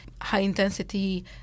high-intensity